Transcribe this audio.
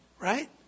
Right